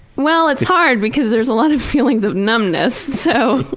well, it's hard because there's a lot of feelings of numbness, so,